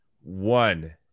one